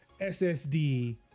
SSD